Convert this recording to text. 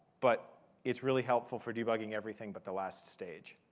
but it's really helpful for debugging everything but the last stage.